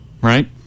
right